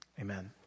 Amen